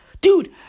dude